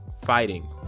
fighting